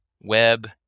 web